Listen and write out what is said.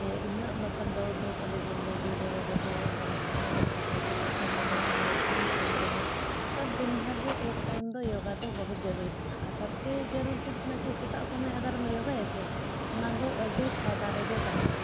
ᱡᱮ ᱤᱱᱟᱹ ᱢᱚᱛᱞᱚᱵᱽ ᱫᱟᱹᱲ ᱫᱷᱟᱯᱟᱞᱮ ᱡᱤᱱᱫᱮᱜᱤ ᱨᱮ ᱨᱮᱦᱚᱸ ᱮᱠᱫᱚᱢ ᱥᱚᱢᱚᱭ ᱚᱰᱚᱠ ᱠᱟᱛᱮᱫ ᱥᱮᱛᱟᱜ ᱥᱚᱢᱚᱭ ᱪᱟᱦᱮ ᱥᱟᱢ ᱴᱟᱭᱤᱢ ᱨᱮᱦᱚᱸ ᱟᱫᱟ ᱫᱤᱱ ᱵᱷᱟᱨ ᱨᱮ ᱮᱠ ᱴᱟᱭᱤᱢ ᱫᱚ ᱭᱳᱜᱟ ᱫᱚ ᱵᱚᱦᱩᱛ ᱡᱟᱹᱨᱩᱲᱤ ᱠᱟᱱᱟ ᱟᱨ ᱥᱚᱵᱥᱮ ᱡᱟᱹᱨᱩᱲ ᱪᱮᱫ ᱠᱟᱱᱟ ᱡᱮ ᱥᱮᱛᱟᱜ ᱥᱚᱢᱚᱭ ᱟᱜᱟᱨᱮᱢ ᱭᱳᱜᱟᱭᱟ ᱪᱮ ᱚᱱᱟ ᱫᱚ ᱟᱹᱰᱤ ᱯᱷᱟᱭᱫᱟ ᱨᱮᱜᱮ ᱛᱟᱦᱮᱱᱟ